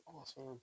awesome